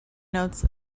notes